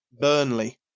Burnley